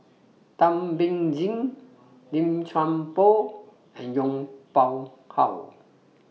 Thum Ping Tjin Lim Chuan Poh and Yong Pung How